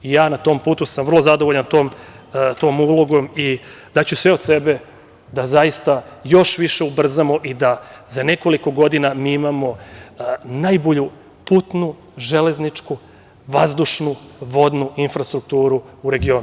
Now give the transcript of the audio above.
Vrlo sam zadovoljan tom ulogom i daću sve od sebe da zaista još više ubrza i da za nekoliko godina mi imamo najbolju putnu, železničku, vazdušnu, vodnu infrastrukturu u regionu.